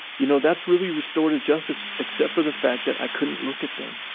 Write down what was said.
you know, that's really restorative justice except for the fact that i couldn't look at them.